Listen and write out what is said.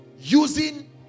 Using